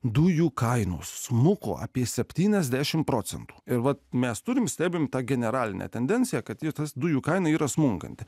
dujų kainos smuko apie septyniasdešim procentų ir vat mes turime stebime tą generalinę tendenciją kad tas dujų kaina yra smunkanti